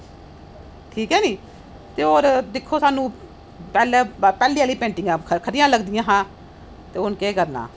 ठीक ऐ नेई ते और दिक्खो सानू पहले आहली पैटिंगा खरी लगदियां हियां ते हून केह् करना